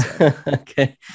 okay